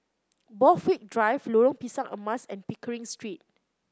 Borthwick Drive Lorong Pisang Emas and Pickering Street